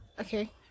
Okay